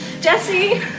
Jesse